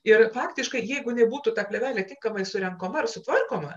ir faktiškai jeigu jinai būtų ta plėvelė tinkamai surenkama ir sutvarkoma